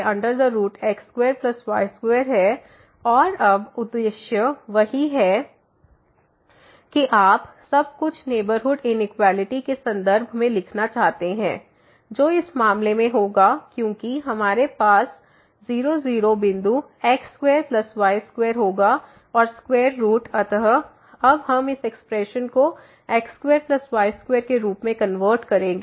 x2y2 है और अब उद्देश्य वही है कि आप सब कुछ नेबरहुड इनिक्वालिटी के संदर्भ में लिखना चाहते हैं जो इस मामले में होगा क्योंकि हमारे पास 0 0 बिंदु x square plus y square होगा और स्क्वेयर रूट अतः अब हम इस एक्सप्रेशन को x2y2 के रूप में कन्वर्ट करेंगे